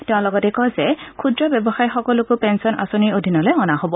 তেওঁ লগতে কয় যে ক্ষুদ্ৰ ব্যৱসায়ীসকলকো পেঞ্চন আঁচনিৰ অধীনলৈ অনা হ'ব